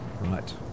Right